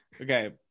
Okay